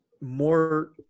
more